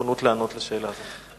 הנכונות לענות על השאלה הזאת.